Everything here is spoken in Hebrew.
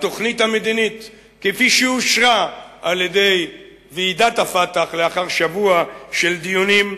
התוכנית המדינית כפי שאושרה על-ידי ועידת ה"פתח" לאחר שבוע של דיונים.